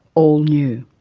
all new.